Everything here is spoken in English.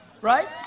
right